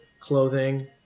clothing